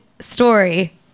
story